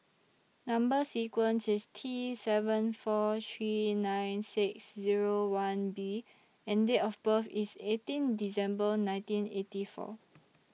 Number sequence IS T seven four three nine six Zero one B and Date of birth IS eighteen December nineteen eighty four